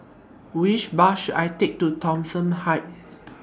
Which Bus should I Take to Thomson Heights